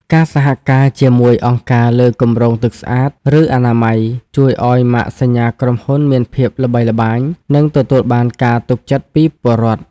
ការសហការជាមួយអង្គការលើគម្រោងទឹកស្អាត ឬអនាម័យ ជួយឱ្យម៉ាកសញ្ញាក្រុមហ៊ុនមានភាពល្បីល្បាញ និងទទួលបានការទុកចិត្តពីពលរដ្ឋ។